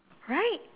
right